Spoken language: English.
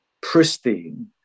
pristine